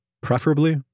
preferably